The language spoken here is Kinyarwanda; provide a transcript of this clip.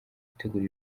gutegura